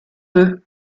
deux